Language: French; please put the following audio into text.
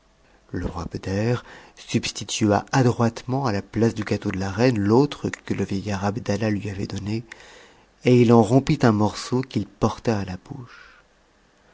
le roi beder substitua adroitement à la place du gâteau de la reine l'autre que le vieillard abdallah lui avait donné et il en rompit un morceau qu'il porta à la bouche